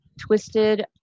twisted